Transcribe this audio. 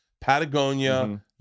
Patagonia